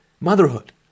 motherhood